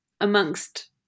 amongst